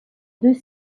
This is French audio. deux